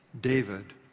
David